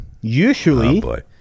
usually